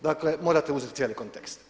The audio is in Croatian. Dakle, morate uzeti cijeli kontekst.